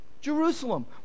Jerusalem